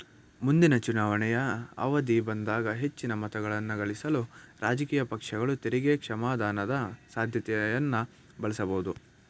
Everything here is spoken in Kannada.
ಮುಂದಿನ ಚುನಾವಣೆಯ ಅವಧಿ ಬಂದಾಗ ಹೆಚ್ಚಿನ ಮತಗಳನ್ನಗಳಿಸಲು ರಾಜಕೀಯ ಪಕ್ಷಗಳು ತೆರಿಗೆ ಕ್ಷಮಾದಾನದ ಸಾಧ್ಯತೆಯನ್ನ ಬಳಸಬಹುದು